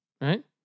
right